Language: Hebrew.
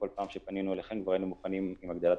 בכל פעם שפנינו אליכם כבר היינו מוכנים עם הגדלת